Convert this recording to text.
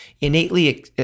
innately